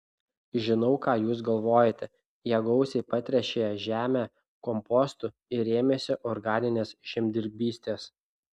žinau ką jūs galvojate jie gausiai patręšė žemę kompostu ir ėmėsi organinės žemdirbystės